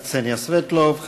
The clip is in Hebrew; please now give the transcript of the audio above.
הכנסת קסניה סבטלובה.